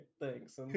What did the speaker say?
thanks